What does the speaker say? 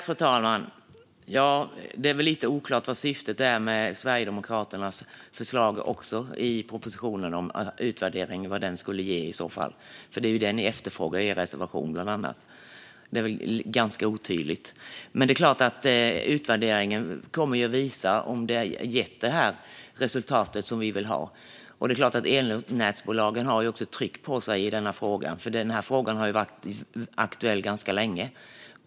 Fru talman! Det är väl också lite oklart vad syftet är med Sverigedemokraternas förslag när det gäller vad utvärderingen enligt propositionen skulle ge. Det är bland annat det som ni efterfrågar i er reservation. Det är ganska otydligt. Men det är klart att utvärderingen kommer att visa om detta har gett det resultat som vi vill ha. Elnätsbolagen har också ett tryck på sig i denna fråga. Denna fråga har nämligen varit aktuell ganska länge.